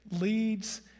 leads